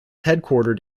headquartered